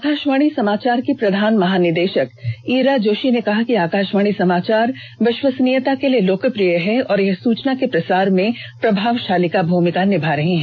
आकाशवाणी समाचार की प्रधान महानिदेशक ईरा जोशी ने कहा कि आकाशवाणी समाचार विश्वसनीयता के लिए लोकप्रिय है और यह सुचना के प्रसार में प्रभावशाली भूमिका निभा रहे हैं